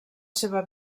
seva